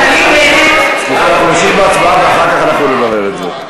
אנחנו נמשיך בהצבעה ואחר כך נברר את זה.